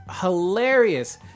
hilarious